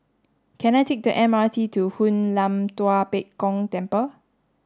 can I take the M R T to Hoon Lam Tua Pek Kong Temple